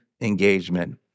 engagement